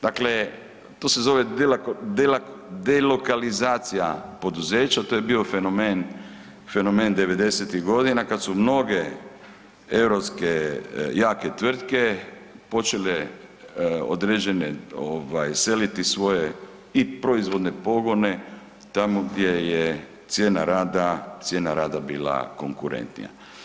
Dakle, to se zove delokalizacija poduzeća, to je bio fenomen, fenomen '90.-tih godina kad su mnoge europske jake tvrtke počele određene ovaj seliti svoje i proizvodne pogone tamo gdje je cijena rada, cijena rada bila konkurentnija.